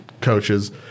coaches